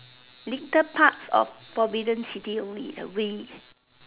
little parts of forbidden city only we